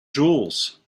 jewels